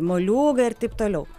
moliūgai ir taip toliau